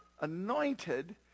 anointed